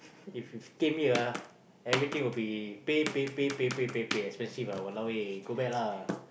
if you came here ah everything would be pay pay pay pay pay pay expensive ah !walao! eh go back lah